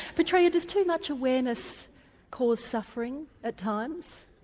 petrea, does too much awareness cause suffering at times,